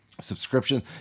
Subscriptions